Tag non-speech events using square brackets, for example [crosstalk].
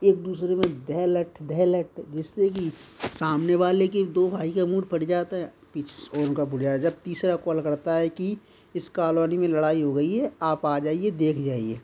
एक दूसरे में दे लठ्ठ दे लठ्ठ जिससे कि सामने वाले के दो भाई का मूड फट जाता है [unintelligible] तीसरा कॉल करता है कि इस कालोनी में लड़ाई हो गई है आप आ जाइए देख ले आइए